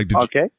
Okay